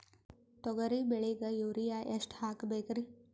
ತೊಗರಿ ಬೆಳಿಗ ಯೂರಿಯಎಷ್ಟು ಹಾಕಬೇಕರಿ?